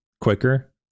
quicker